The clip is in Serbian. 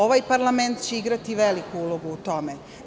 Ovaj parlament će igrati veliku ulogu o tome.